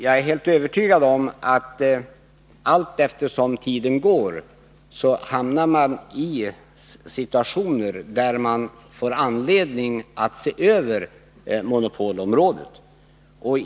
Jag är helt övertygad om att allteftersom tiden går kommer vi att hamna i situationer där vi får anledning att se över monopolområdet.